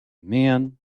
man